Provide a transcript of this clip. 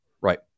right